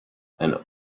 and